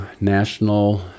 national